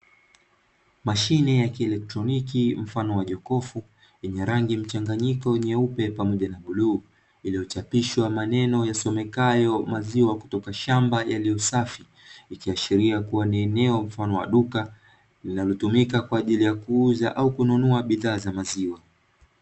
Mashine ya kielektroniki mfano wa jokofu yenye rangi mchanganyiko wa nyeupe pamoja na bluu, yaliyochapishwa maneno yasomekayo “maziwa kutoka shamba yaliyo safi,” ikiashiria kuwa ni eneo mfano wa duka linalotumika kwa ajili ya kuuza au kununua bidhaa za maziwa.